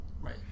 Right